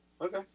Okay